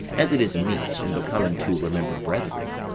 as it is meet and becoming to remember brethren.